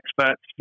experts